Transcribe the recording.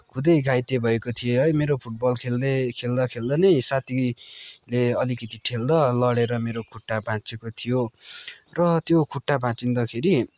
खुदै घाइते भएको थिएँ है मेरो फुटबल खेल्ने खेल्दा खेल्दा नै साथीले अलिकति ठेल्दा लडे्र मेरो खुट्टा भाचिँएको थियो र त्यो खुट्टा भाच्चिँदाखेरि